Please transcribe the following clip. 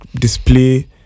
display